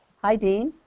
hi dean.